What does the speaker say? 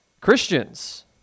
Christians